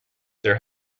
their